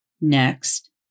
Next